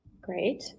Great